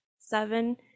Seven